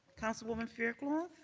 councilwoman fairclough.